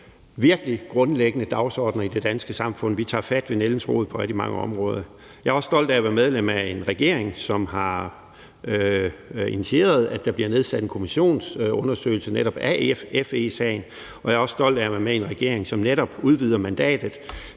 virkelig grundlæggende dagsordener i det danske samfund. Vi tager fat ved nældens rod på rigtig mange områder. Jeg er også stolt af at være medlem af en regering, som har initieret, at der bliver nedsat en kommissionsundersøgelse af netop FE-sagen, og jeg er også stolt af at være med i en regering, som netop udvider mandatet